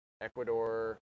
Ecuador